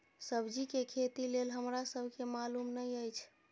सब्जी के खेती लेल हमरा सब के मालुम न एछ?